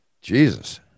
Jesus